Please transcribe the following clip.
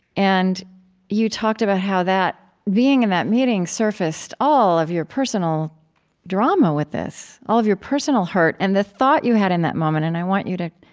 and you talked about how being in that meeting, surfaced all of your personal drama with this, all of your personal hurt. and the thought you had in that moment, and i want you to